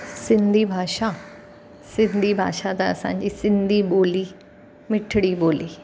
सिंधी भाषा सिंधी भाषा त असांजी सिंधी ॿोली मिठिड़ी ॿोली